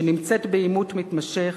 שנמצאת בעימות מתמשך,